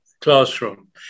classroom